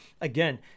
again